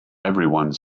everyone